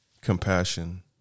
Compassion